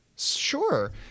Sure